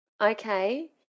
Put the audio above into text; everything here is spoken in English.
okay